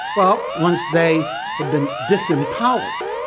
well once they had been disempowered,